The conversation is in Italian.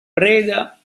preda